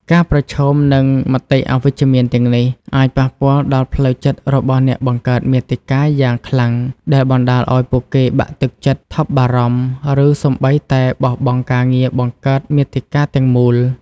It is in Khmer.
ការប្រឈមនឹងមតិអវិជ្ជមានទាំងនេះ អាចប៉ះពាល់ដល់ផ្លូវចិត្តរបស់អ្នកបង្កើតមាតិកាយ៉ាងខ្លាំង ដែលបណ្ដាលឲ្យពួកគេបាក់ទឹកចិត្ត ថប់បារម្ភ ឬសូម្បីតែបោះបង់ការងារបង្កើតមាតិកាទាំងមូល។